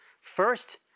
First